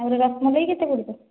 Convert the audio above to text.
ଆଉ ରସମଲାଇ କେତେ ପଡ଼ିବ